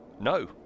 No